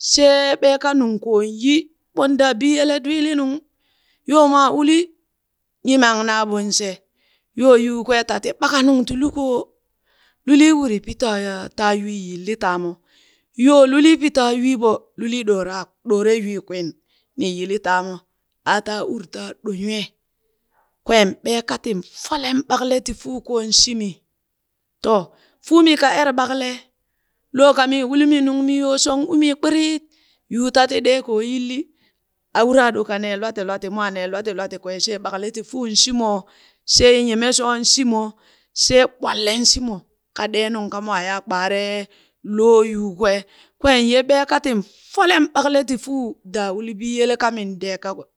Shee beeka nunkooŋ yi, ɓon daa biyele dwiilinung yoo mwa uli nyimam naaɓon she yoo yukwee ta ti ɓaka nung ti luko lulii wuri pi ya ta ywii yilli ta mo, yo luli pi ta ywii ɓo, lulli ɗora kw ɗoore ywii kwin, nii yili taamo aa taa uri taa ɗo nywee, kwen ɓeeka tin folem ɓakale ti fuun ko shimi, to fuumi ka ere ɓakale loo kamii ulimi nungmi yoo shong umii kpirit yuu tati ɗee koo yilli a wura ɗo ka nee lwati lwati mwaa nee lwat lwati kwee shee ɓakle ti fuun shimo shee nyeme shoon shimo shee ɓwallen shimo ka ɗee nung ka mwaa yia kpaare loo yukwee, kween ye ɓee ka tin folem ɓakkle ti fuu da uli biyele ka min dee ka